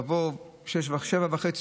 לבוא ב-07:30,